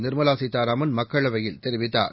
நிர்மலா சீதாராமன் மக்களவையில் தெரிவித்தார்